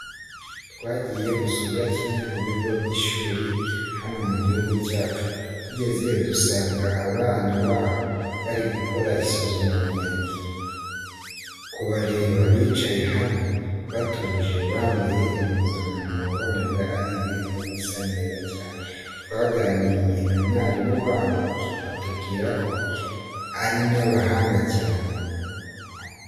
Twagiye gusura kimwe mu bigo by'ishuri hano mu gihugu cyacu, tugezeyo dusanga abana baho bari gukora isuzumabumenyi. Kubareba bicaye hamwe, batuje, bambaye impuzankano wabonaga ari ibintu bisa neza cyane. Twaganiriye na mwarimu wabo atubwira ko ari n'abahanga cyane.